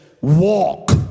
walk